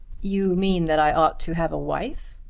you mean that i ought to have a wife?